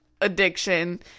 addiction